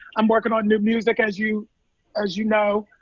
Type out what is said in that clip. i'm working on new music as you as you know.